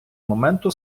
моменту